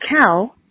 cow